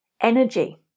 energy